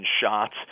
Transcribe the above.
shots